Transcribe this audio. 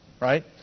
right